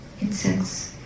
insects